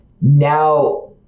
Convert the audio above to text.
now